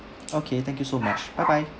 okay thank you so much bye bye